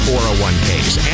401ks